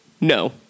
No